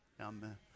amen